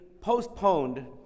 postponed